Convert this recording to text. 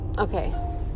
Okay